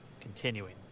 continuing